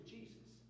Jesus